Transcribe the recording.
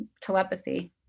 telepathy